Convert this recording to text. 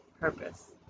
purpose